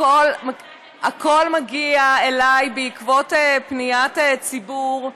הכול מגיע אליי בעקבות פניית ציבור.